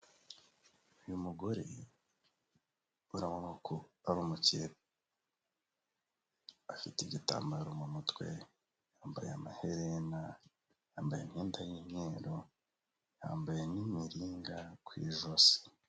Uyu mugore urabona ko ari umukire, afite igitambaro mu mutwe, yambaye amaherena, yambaye imyenda y'imyeru, yambaye n'imiringa ku ijosi.